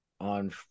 on